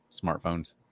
smartphones